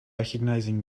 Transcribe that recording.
recognizing